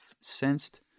sensed